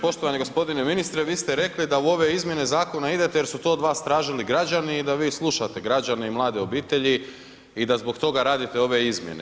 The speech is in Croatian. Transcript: Poštovani g. ministre, vi ste rekli da u ove izmjene zakona idete jer su to od vas tražili građani i da vi slušate građane i mlade obitelji i da zbog toga radite ove izmjene.